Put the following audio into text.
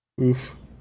oof